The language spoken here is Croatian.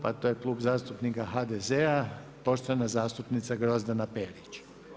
A to je Klub zastupnika HDZ-a, poštovana zastupnica Grozdana Perić.